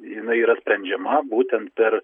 jinai yra sprendžiama būtent per